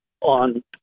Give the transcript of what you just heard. on